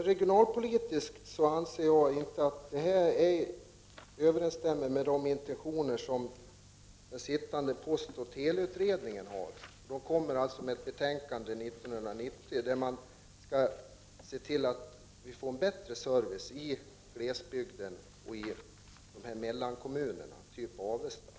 Regionalpolitiskt sett anser jag inte att detta överensstämmer med de intentioner som den sittande postoch teleutredningen har. Utredningen kommer med ett betänkande år 1990, och man skall se till att vi får en bättre service i glesbygden och i de s.k. mellankommunerna, exempelvis Avesta